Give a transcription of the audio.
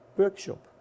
workshop